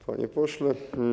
Panie Pośle!